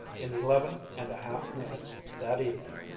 in eleven and a half minutes that evening,